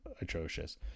atrocious